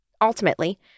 Ultimately